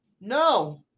No